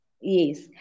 Yes